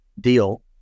deal